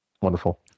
Wonderful